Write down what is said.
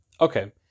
Okay